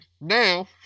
Now